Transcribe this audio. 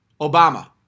Obama